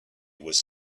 was